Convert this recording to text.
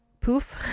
poof